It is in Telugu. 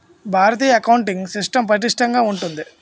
భారతీయ అకౌంటింగ్ సిస్టం పటిష్టంగా ఉంటుంది